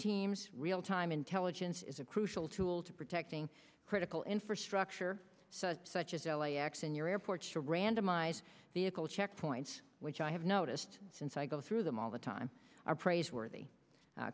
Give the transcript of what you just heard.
teams real time intelligence is a crucial tool to protecting critical infrastructure so such as l a x in your airports should randomize vehicle checkpoints which i have noticed since i go through them all the time are praiseworthy